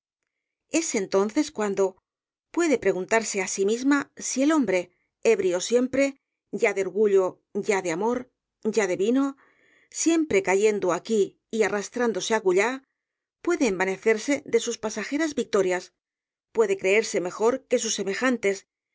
es entonces cuando puede pre's rosalía de castro guntarse á sí misma si el hombre ebrio siempre ya de orgullo ya de amor ya de vino siempre cayendo aquí y arrastrándose acullá puede envanecerse de sus pasajeras victorias puede creerse mejor que sus semejates